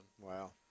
Wow